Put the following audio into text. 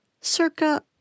circa